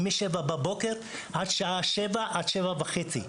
שירותי הצלה משבע בבוקר ועד שבע וחצי בערב.